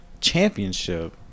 championship